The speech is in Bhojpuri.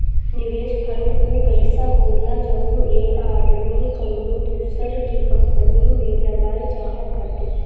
निवेस फ़ंड ऊ पइसा होला जउन एक आदमी कउनो दूसर की कंपनी मे लगाए चाहत बाटे